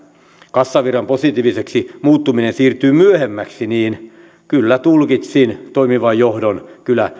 kassavirran positiiviseksi muuttuminen siirtyy myöhemmäksi niin kyllä tulkitsin toimivan johdon